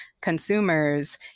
consumers